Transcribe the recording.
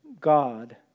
God